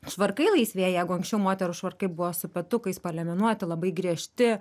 švarkai laisvėja jeigu anksčiau moterų švarkai buvo su petukais paliemenuoti labai griežti